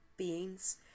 beings